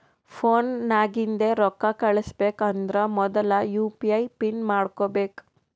phone ನಾಗಿಂದೆ ರೊಕ್ಕಾ ಕಳುಸ್ಬೇಕ್ ಅಂದರ್ ಮೊದುಲ ಯು ಪಿ ಐ ಪಿನ್ ಮಾಡ್ಕೋಬೇಕ್